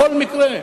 בכל מקרה,